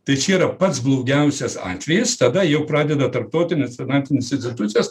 tai čia yra pats blogiausias atvejis tada jau pradeda tarptautinės finansinės institucijos